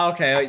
Okay